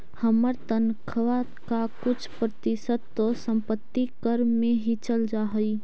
हमर तनख्वा का कुछ प्रतिशत तो संपत्ति कर में ही चल जा हई